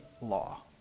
law